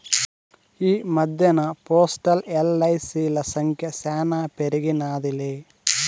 ఈ మద్దెన్న పోస్టల్, ఎల్.ఐ.సి.ల సంఖ్య శానా పెరిగినాదిలే